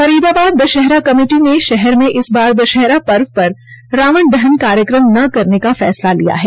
Faridabad Dussehra committee ने शहर में इस बार दशहरा पर्व पर रावण दहन कार्यक्रम न करने का फैसला लिया है